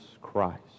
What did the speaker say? Christ